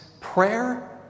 Prayer